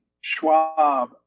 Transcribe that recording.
Schwab